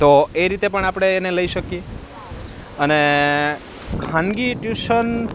તો એ રીતે પણ આપણે એને લઈ શકીએ અને ખાનગી ટ્યુશન